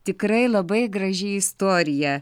tikrai labai graži istorija